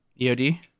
eod